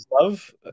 love